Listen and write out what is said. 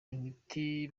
imiti